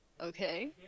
Okay